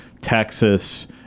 Texas